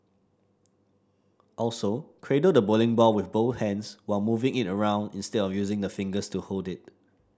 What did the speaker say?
also cradle the bowling ball with both hands while moving it around instead of using the fingers to hold it